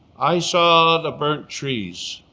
i saw the burnt trees.